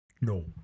No